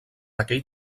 aquell